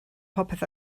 popeth